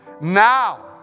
now